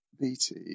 BT